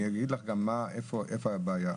אגיד לך איפה הבעיה.